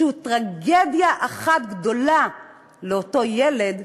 שהוא טרגדיה אחת גדולה לאותו ילד,